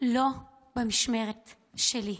לא במשמרת שלי.